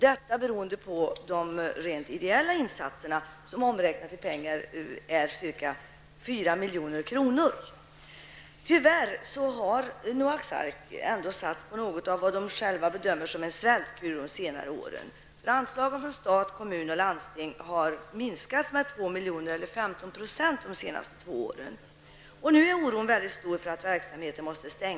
Det beror på de rent ideella insatserna, som omräknade i pengar för närvarande motsvarar ca 4 Tyvärr har Noaks ark ändå satts på något som man där själv bedömer som en svältkur under senare år. Anslagen från stat, kommun och landsting har minskat med 2 milj.kr. eller med 15 % under de senaste åren. Oron över att verksamheten kanske måste stängas i höst är mycket stor.